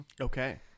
Okay